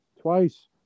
twice